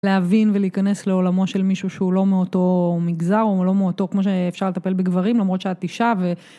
להבין ולהיכנס לעולמו של מישהו שהוא לא מאותו מגזר או לא מאותו כמו שאפשר לטפל בגברים למרות שאת אישה ו...